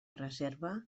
reserva